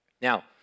Now